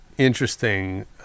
interesting